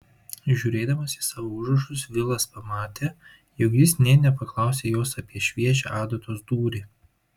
žiūrėdamas į savo užrašus vilas pamatė jog jis nė nepaklausė jos apie šviežią adatos dūrį